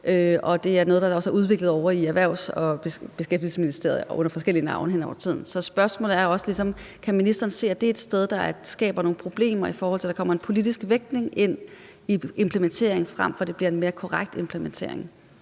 det er også noget, der er udviklet ovre i Erhvervsministeriet og Beskæftigelsesministeriet under forskellige navne hen over tiden. Så spørgsmålet er ligesom også, om ministeren kan se, at det er et sted, der skaber nogle problemer, i forhold til at der kommer en politisk vægtning ind i en implementering, frem for at det bliver en mere korrekt implementering.